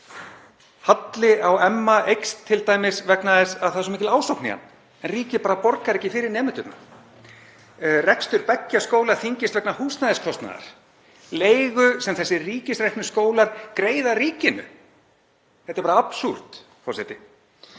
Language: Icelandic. Halli á MA eykst t.d. vegna þess að það er svo mikil ásókn í hann, ríkið bara borgar ekki fyrir nemendurna. Rekstur beggja skóla þyngist vegna húsnæðiskostnaðar, leigu sem þessir ríkisreknu skólar greiða ríkinu. Þetta er bara absúrd, forseti.